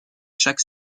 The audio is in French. chaque